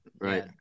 right